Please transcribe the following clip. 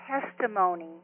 testimony